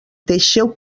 deixeu